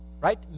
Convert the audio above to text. right